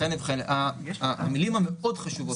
המילים החשובות מאוד